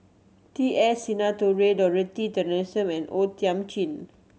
T S Sinnathuray Dorothy Tessensohn and O Thiam Chin